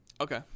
Okay